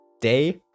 day